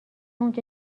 اونجا